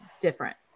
different